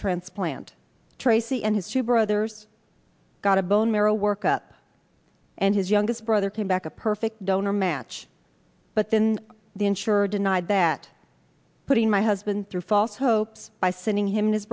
transplant tracy and his two brothers got a bone marrow work up and his youngest brother came back a perfect donor match but then the insurer denied that putting my husband through false hopes by sending him